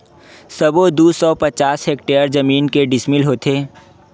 सबो दू सौ पचास हेक्टेयर जमीन के डिसमिल होथे?